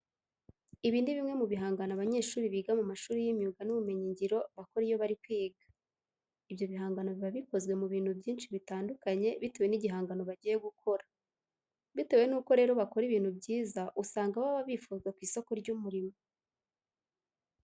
Ibi ni bimwe mu bihangano abanyeshuri biga mu mashuri y'imyuga n'ubumenyingiro bakora iyo bari kwiga. Ibyo bihangano biba bikozwe mu bintu byinshi bitandukanye bitewe n'igihangano bagiye gukora. Bitewe nuko rero bakora ibintu byiza usanga baba bifuzwa ku isoko ry'umurimo.